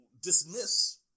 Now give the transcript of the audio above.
dismiss